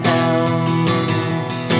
else